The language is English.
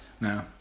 No